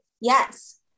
Yes